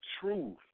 truth